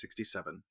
1967